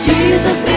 Jesus